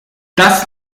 das